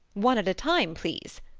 one at a time, please.